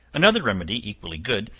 another remedy, equally good,